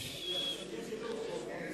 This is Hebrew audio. הוא חלקי חילוף של שלמה.